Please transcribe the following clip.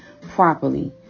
properly